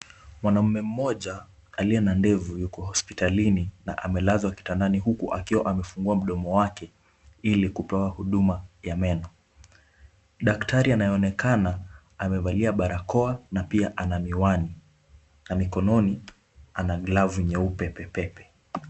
Mwanaume mmoja aliye na ndevu yuko hospitalini na amelazwa kitandani huku akiwa amefungua mdomo wake ili kupewa huduma ya meno. Daktari anaye onekana amevalia barakoa na pia ana miwani na mikononi ana glavu nyeupe pepepe.